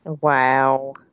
wow